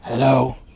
Hello